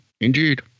Indeed